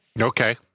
Okay